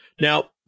Now